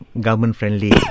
government-friendly